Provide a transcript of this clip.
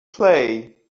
play